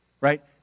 right